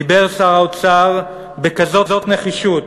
דיבר שר האוצר בכזאת נחישות.